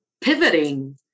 pivoting